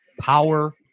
power